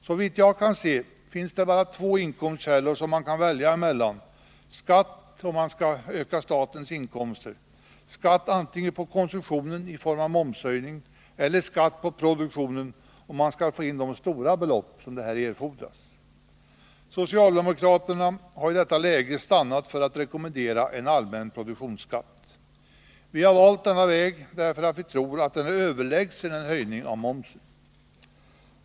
Så vitt jag kan se finns det bara två inkomstkällor som man kan välja mellan om man skall få in de stora belopp som här erfordras i ökade inkomster till staten, antingen skatt på konsumtionen i form av momshöjning eller skatt på produktionen. Socialdemokraterna har i detta läge stannat för att rekommendera en allmän produktionsskatt. Vi har valt denna väg därför att vi tror att den är överlägsen en höjning av momsen.